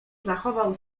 zachował